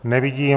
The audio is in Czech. Nevidím...